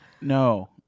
No